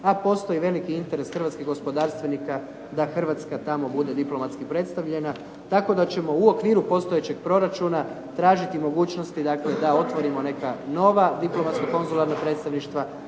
a postoji veliki interes hrvatskih gospodarstvenika da Hrvatska tamo bude diplomatski predstavljena tako da ćemo u okviru postojećeg proračuna tražiti mogućnosti da otvorimo neka nova diplomatsko-konzularna predstavništva a